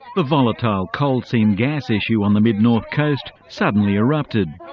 the volatile coal seam gas issue on the mid-north coast suddenly erupted.